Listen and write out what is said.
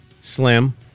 Slim